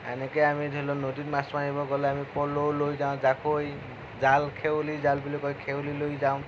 এনেকৈ আমি ধৰি লওঁক নদীত মাছ মাৰিব গ'লে আমি পলও লৈ যাওঁ জাকৈ জাল খেৱলি বুলি কয় খেৱলি লৈ যাওঁ